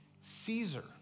Caesar